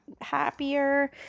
happier